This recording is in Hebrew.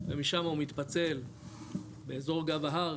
ושמה הוא מתפצל באזור גב ההר,